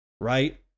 right